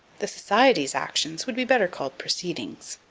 the society's action would be better called proceedings.